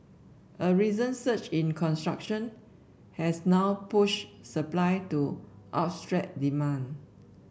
a recent surge in construction has now pushed supply to outstrip demand